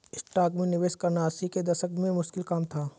stocks में निवेश करना अस्सी के दशक में मुश्किल काम था